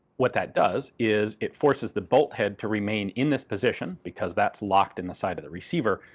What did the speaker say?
what that does is it forces the bolt head to remain in this position, because that's locked in the side of the receiver.